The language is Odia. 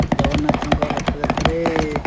ଜଗନ୍ନାଥଙ୍କ ରଥଯାତ୍ରାରେ